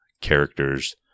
characters